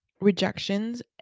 rejections